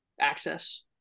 access